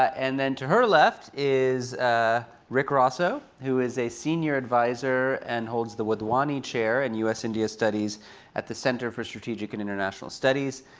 and then to her left is ah rick rossow, who is a senior advisor and holds the wadhwani chair in and u s. india studies at the center for strategic and international studies.